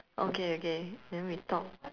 okay okay then we talk